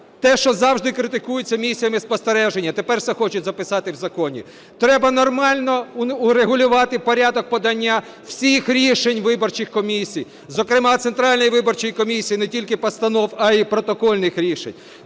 Те, що завжди критикується місіями спостереження, тепер це хочуть записати в законі. Треба нормально урегулювати порядок подання всіх рішень виборчих комісій, зокрема Центральної виборчої комісії, не тільки постанов, а і протокольних рішень.